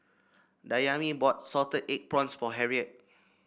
Dayami bought Salted Egg Prawns for Harriet